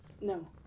no